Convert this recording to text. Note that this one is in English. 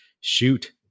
shoot